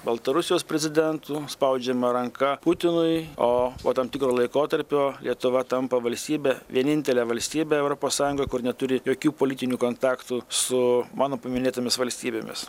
baltarusijos prezidentu spaudžiama ranka putinui o po tam tikro laikotarpio lietuva tampa valstybė vienintelė valstybė europos sąjungoj kur neturi jokių politinių kontaktų su mano paminėtomis valstybėmis